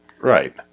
Right